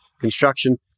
construction